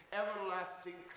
everlasting